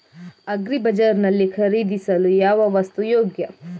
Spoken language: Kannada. ಅಗ್ರಿ ಬಜಾರ್ ನಲ್ಲಿ ಖರೀದಿಸಲು ಯಾವ ವಸ್ತು ಯೋಗ್ಯ?